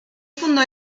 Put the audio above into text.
fundó